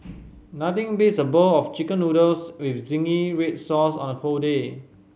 nothing beats a bowl of Chicken Noodles with zingy red sauce on a day